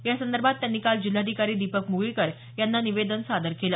यासंदर्भात त्यांनी काल जिल्हाधिकारी दीपक म्गळीकर यांना निवेदन दिलं